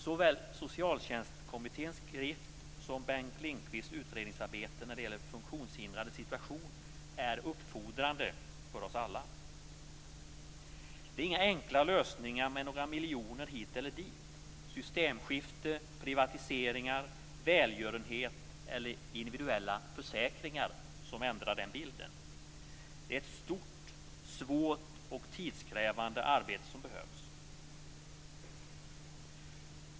Såväl Socialtjänstkommitténs skrift som Bengt Lindqvists utredningsarbete när det gäller funktionshindrades situation är uppfordrande till oss alla. Det är inga enkla lösningar med några miljoner hit eller dit, systemskifte, privatisering, välgörenhet eller individuella försäkringar som förändrar den bilden. Det är ett stort, svårt och tidskrävande arbete som behövs.